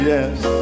Yes